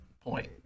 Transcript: point